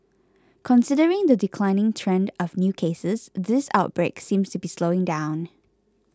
considering the declining trend of new cases this outbreak seems to be slowing down